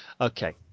Okay